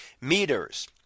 meters